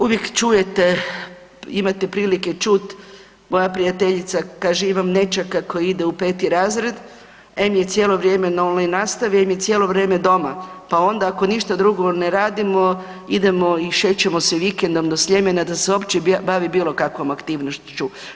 Uvijek čujete, imate prilike čut moja prijateljica kaže imam nećaka koji ide u peti razred, em je cijelo vrijeme na online nastavi, em je cijelo vrijeme doma, pa onda ako ništa drugo ne radimo idemo i šećemo se vikendom do Sljemena da se opće bavi bilo kakvom aktivnošću.